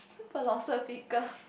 philosophical